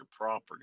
property